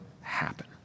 happen